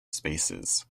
spaces